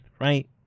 right